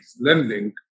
lending